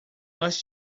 nós